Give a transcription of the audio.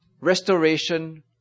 restoration